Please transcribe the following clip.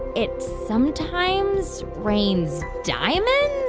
it sometimes rains diamonds?